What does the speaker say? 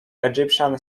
egyptian